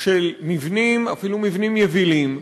של הקמת מבנים, אפילו מבנים יבילים,